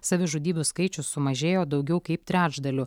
savižudybių skaičius sumažėjo daugiau kaip trečdaliu